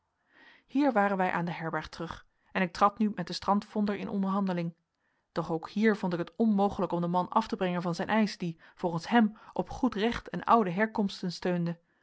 hier waren wij aan de herberg terug en ik trad nu met den strandvonder in onderhandeling doch ook hier vond ik het onmogelijk om den man af te brengen van zijn eisch die volgens hem op goed recht en oude herkomsten steunde